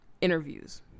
interviews